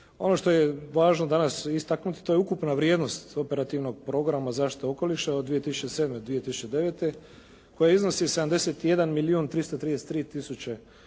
Ono što je važno danas istaknuti to je ukupna vrijednost operativnog programa zaštite okoliša od 2007. do 2009. koja iznosi 71 milijun 333 tisuće